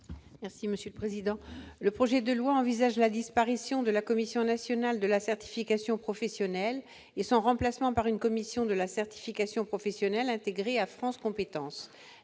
Mme Jacky Deromedi. Le projet de loi prévoit la disparition de la Commission nationale de la certification professionnelle et son remplacement par une commission de la certification professionnelle intégrée à France compétences.